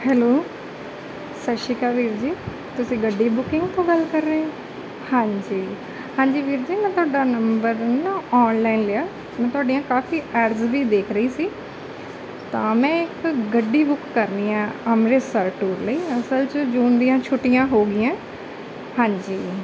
hello ਸਤਿ ਸ਼੍ਰੀ ਅਕਾਲ ਵੀਰ ਜੀ ਤੁਸੀਂ ਗੱਡੀ ਬੁਕਿੰਗ ਤੋਂ ਗੱਲ ਕਰ ਰਹੇ ਹੋ ਹਾਂਜੀ ਹਾਂਜੀ ਵੀਰ ਜੀ ਮੈਂ ਤੁਹਾਡਾ ਨੰਬਰ ਨਾ ਔਨਲਾਇਨ ਲਿਆ ਮੈਂ ਤੁਹਾਡੀਆਂ ਕਾਫ਼ੀ ਐਡਜ਼ ਵੀ ਦੇਖ ਰਹੀ ਸੀ ਤਾਂ ਮੈਂ ਇੱਕ ਗੱਡੀ ਬੁੱਕ ਕਰਨੀ ਹੈ ਅੰਮ੍ਰਿਤਸਰ ਟੂਰ ਲਈ ਅਸਲ 'ਚ ਜੂਨ ਦੀਆਂ ਛੁੱਟੀਆਂ ਹੋਗੀਆਂ ਹਾਂਜੀ